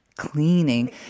cleaning